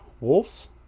wolves